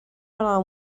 alarm